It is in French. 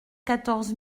quatorze